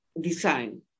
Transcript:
design